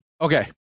okay